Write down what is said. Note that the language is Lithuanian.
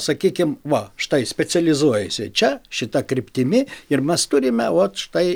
sakykim va štai specializuojasi čia šita kryptimi ir mes turime ot štai